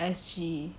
S_G